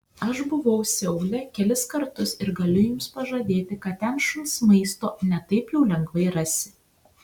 aš buvau seule kelis kartus ir galiu jums pažadėti kad ten šuns maisto ne taip jau lengvai rasi